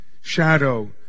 shadow